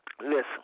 listen